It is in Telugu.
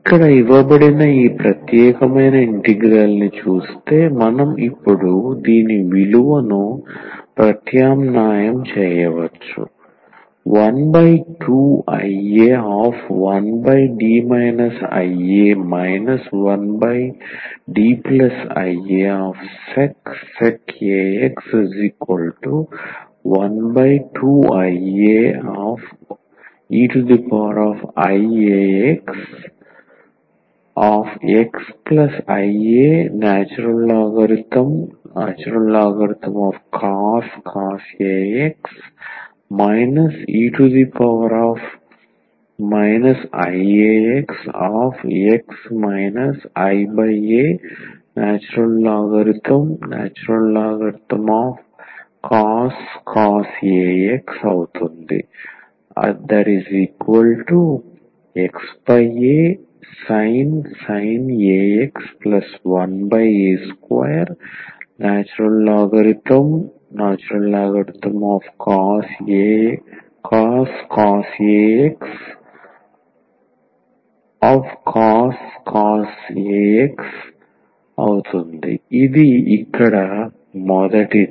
ఇక్కడ ఇవ్వబడిన ఈ ప్రత్యేకమైన ఇంటెగ్రల్ ని చూస్తే మనం ఇప్పుడు దీని విలువను ప్రత్యామ్నాయం చేయవచ్చు 12ia1D ia 1Diasec ax 12iaeiaxxialn cos ax e iaxx ialn cos ax xasin ax 1a2ln |cos ax | cos ax ఇది ఇక్కడ మొదటిది